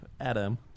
Adam